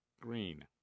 Green